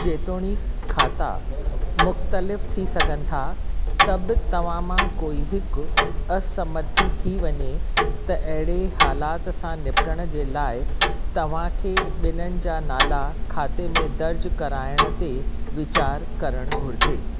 जेतोणीकि खाता मुख़्तलिफ़ थी सघनि था त बि तव्हां मां कोई हिकु असमर्थी थी वञे त अहिड़े हालाति सां निबटण जे लाइ तव्हांखे ॿिन्हिनि जा नाला खाते में दर्ज़ु कराइण ते वीचारु करणु घुर्जे